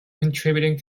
contributing